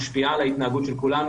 משפיעה על ההתנהגות של כולנו.